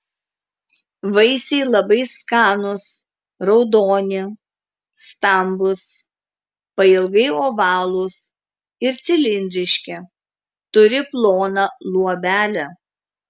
vaisiai labai skanūs raudoni stambūs pailgai ovalūs ir cilindriški turi ploną luobelę